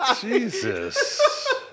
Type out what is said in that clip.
Jesus